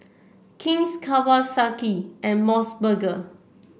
King's Kawasaki and MOS burger